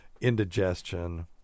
indigestion